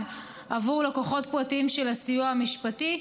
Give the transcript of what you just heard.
עבור לקוחות פרטיים של הסיוע המשפטי,